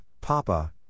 Papa